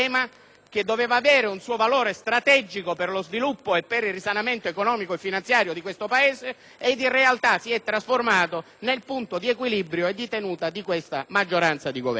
che doveva avere un valore strategico per lo sviluppo e il risanamento economico-finanziario del Paese e che in realtà si è trasformato nel punto di equilibrio e di tenuta della maggioranza di Governo.